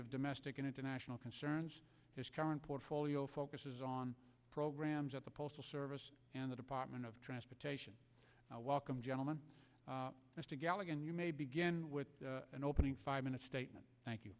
of domestic and international concerns his current portfolio focuses on programs at the postal service and the department of transportation i welcome gentleman mr gallagher and you may begin with an opening five minutes statement thank you